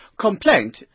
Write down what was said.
complaint